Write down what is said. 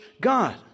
God